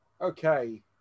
Okay